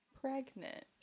pregnant